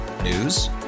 news